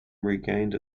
regained